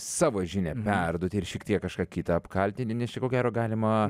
savo žinią perduoti ir šiek tiek kažką kitą apkaltinti nes čia ko gero galima